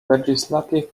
legislative